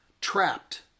Trapped